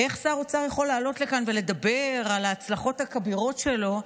איך שר האוצר יכול לעלות לכאן ולדבר על ההצלחות הכבירות שלו,